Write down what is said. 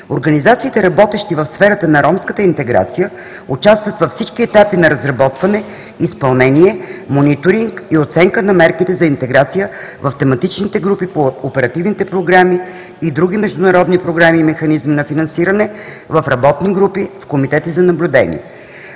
Организациите, работещи в сферата на ромската интеграция, участват във всички етапи на разработване, изпълнение, мониторинг и оценка на мерките за интеграция в тематичните групи по оперативните програми и други международни програми и механизми на финансиране, в работни групи, в комитети за наблюдение.